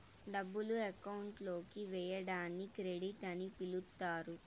డబ్బులు అకౌంట్ లోకి వేయడాన్ని క్రెడిట్ అని పిలుత్తారు